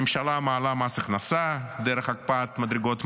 הממשלה מעלה מס הכנסה דרך הקפאת מדרגות מס,